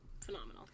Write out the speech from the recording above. phenomenal